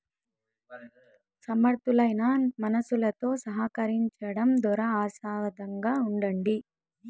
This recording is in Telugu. సమర్థులైన మనుసులుతో సహకరించడం దోరా ఆశావాదంగా ఉండండి